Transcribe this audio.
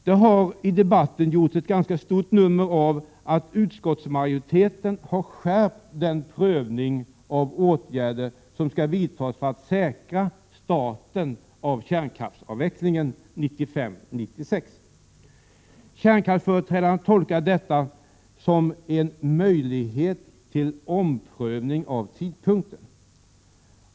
Det har i debatten gjorts ett ganska stort nummer av att utskottsmajoriteten har skärpt den prövning av de åtgärder som skall vidtas för att säkra starten av kärnkraftsavvecklingen 1995—1996. Kärnkraftsföreträdarna tolkar detta som en möjlighet till omprövning av tidpunkten.